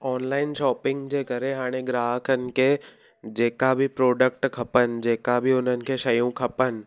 online shopping जे करे हाणे ग्राहकनि खे जेका बि प्रोडक्ट खपनि जेका बि उन्हनि खे शयूं खपनि